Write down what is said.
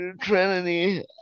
Trinity